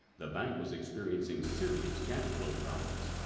the bank was experiencing serious cash flow problems.